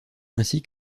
ainsi